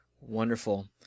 Wonderful